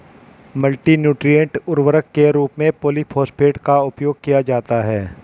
multi nutrient उर्वरक के रूप में पॉलिफॉस्फेट का उपयोग किया जाता है